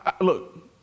look